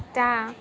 तैँ